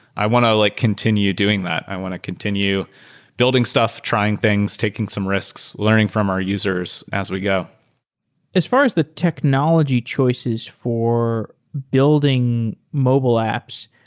i want to like continue doing that. i want to continue building stuff, trying things, taking some risks, learning from our users as we go as far as the technology choices for building mobile apps,